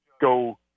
go